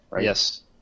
Yes